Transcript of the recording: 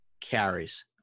carries